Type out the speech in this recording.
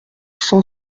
cent